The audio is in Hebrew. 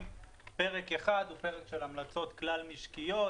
פרק אחד הוא פרק של המלצות כלל משקיות,